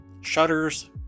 Shutters